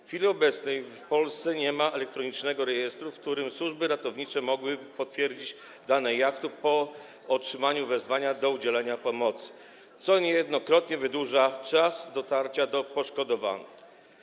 W chwili obecnej w Polsce nie ma elektronicznego rejestru, w którym służby ratownicze mogłyby potwierdzić dane jachtu po otrzymaniu wezwania do udzielenia pomocy, co niejednokrotnie wydłuża czas dotarcia do poszkodowanych.